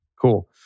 cool